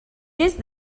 gest